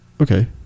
Okay